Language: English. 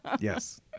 yes